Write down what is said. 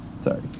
Sorry